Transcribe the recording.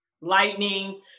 lightning